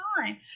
time